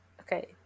Okay